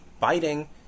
biting